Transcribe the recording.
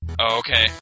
Okay